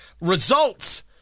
results